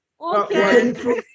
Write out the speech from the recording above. Okay